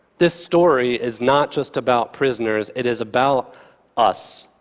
this story is not just about prisoners. it is about us.